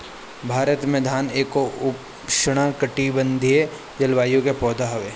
भारत में धान एगो उष्णकटिबंधीय जलवायु के पौधा हवे